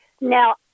Now